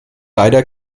leider